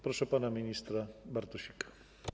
Proszę pana ministra Bartosika.